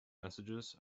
messages